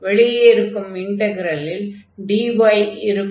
வெளியே இருக்கும் இன்டக்ரலில் dy இருக்கும்